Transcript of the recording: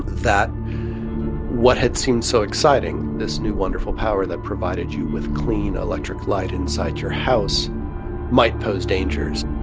that what had seemed so exciting this new, wonderful power that provided you with clean electric light inside your house might pose dangers.